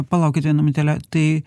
palaukit vieną minutėlę tai